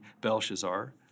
Belshazzar